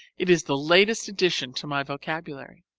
it is the latest addition to my vocabulary.